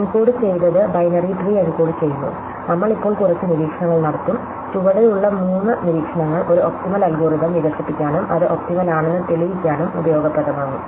എൻകോഡുചെയ്തത് binary tree എൻകോഡുചെയ്യുന്നു നമ്മൾ ഇപ്പോൾ കുറച്ച് നിരീക്ഷണങ്ങൾ നടത്തും ചുവടെയുള്ള മൂന്ന് നിരീക്ഷണങ്ങൾ ഒരു ഒപ്റ്റിമൽ അൽഗോരിതം വികസിപ്പിക്കാനും അത് ഒപ്റ്റിമൽ ആണെന്ന് തെളിയിക്കാനും ഉപയോഗപ്രദമാകും